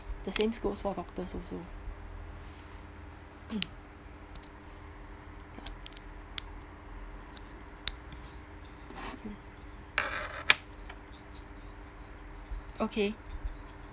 the same goes for doctors also mm okay